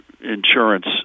insurance